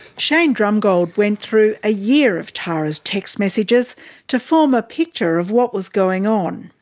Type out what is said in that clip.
shane drumgold went through a year of tara's text messages to form a picture of what was going on.